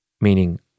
meaning